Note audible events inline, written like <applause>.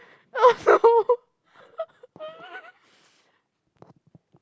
oh no <laughs>